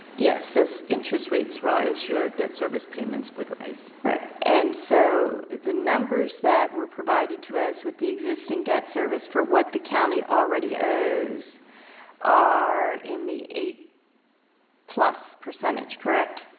yes. interest rates rise, your debt service payments would rise. and so the numbers that were provided to us with the existing debt service for what the county already owes are in the eight plus percentage, correct?